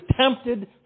tempted